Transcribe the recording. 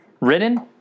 ridden